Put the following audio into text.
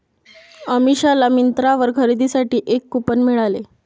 अमिषाला मिंत्रावर खरेदीसाठी एक कूपन मिळाले